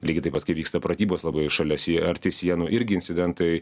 lygiai taip pat kai vyksta pratybos labai šalia sie arti sienų irgi incidentai